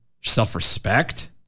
self-respect